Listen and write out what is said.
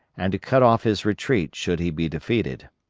and to cut off his retreat should he be defeated.